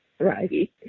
Right